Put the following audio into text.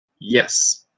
Yes